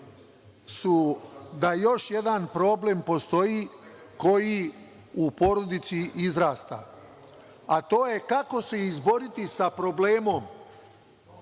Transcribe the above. da još jedan problem postoji koji u porodici izrasta, a to je kako se izboriti sa problemom,